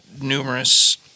numerous